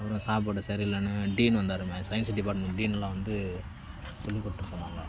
ஒழுங்காக சாப்பாடு சரி இல்லைன்னு டீன் வந்தார் மேச சயின்ஸ் டிப்பார்ட்மெண்ட் டீனெலாம் வந்து சொல்லிக் கொடுத்துட்டு போனாங்க